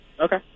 Okay